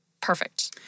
perfect